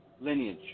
lineage